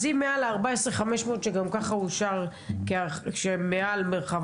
אז אם מעל ה-14,500 שגם ככה אושר מעל מרחב